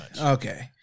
Okay